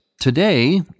Today